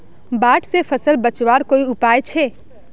बाढ़ से फसल बचवार कोई उपाय छे?